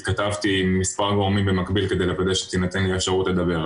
התכתבתי עם מספר גורמים במקביל כדי לוודא שתינתן לי האפשרות לדבר,